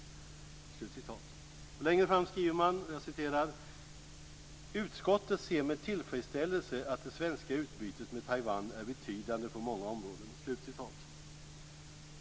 Längre fram skriver man: "Utskottet ser med tillfredsställelse att det svenska utbytet med Taiwan är betydande på många områden."